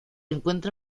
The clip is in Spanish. encuentra